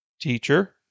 Teacher